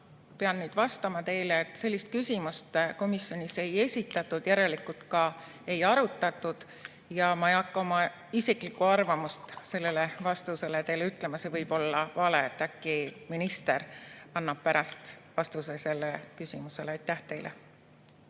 pean nüüd vastama teile, et sellist küsimust komisjonis ei esitatud, järelikult ka ei arutatud. Ja ma ei hakka oma isiklikku arvamust selle kohta teile ütlema, see võib olla vale, äkki minister annab pärast vastuse sellele küsimusele. Suur aitäh!